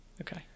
okay